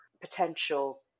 potential